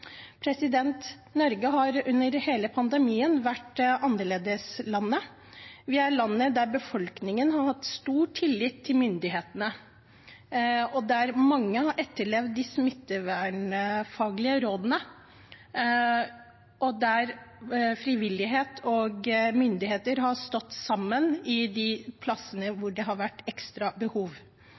Norge har under hele pandemien vært annerledeslandet. Vi er landet der befolkningen har hatt stor tillit til myndighetene, der mange har etterlevd de smittevernfaglige rådene, og der frivillighet og myndigheter har stått sammen på de plassene hvor det har vært ekstra behov.